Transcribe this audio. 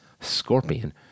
Scorpion